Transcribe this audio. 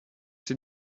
sie